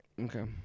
Okay